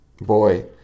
Boy